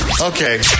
Okay